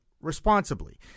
responsibly